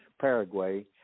Paraguay